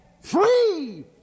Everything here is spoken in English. Free